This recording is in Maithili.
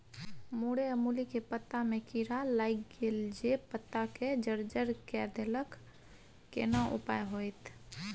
मूरई आ मूली के पत्ता में कीरा लाईग गेल जे पत्ता के जर्जर के देलक केना उपाय होतय?